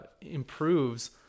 improves